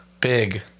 Big